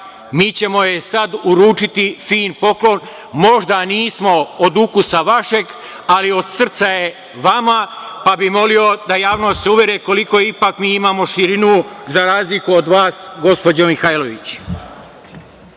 mi ćemo joj sad uručiti fin poklon. Možda nismo od ukusa vašeg, ali od srca je vama, pa bih molio da se javnost uveri koliko mi ipak imamo širinu, za razliku od vas, gospođo Mihajlović.(Narodni